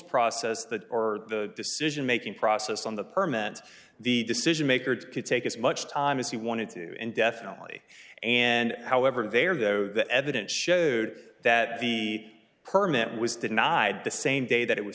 process that or the decision making process on the permanent the decision makers could take as much time as he wanted to indefinitely and however there though the evidence showed that the permit was denied the same day that it was